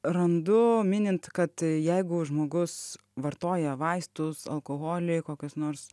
randu minint kad jeigu žmogus vartoja vaistus alkoholį kokias nors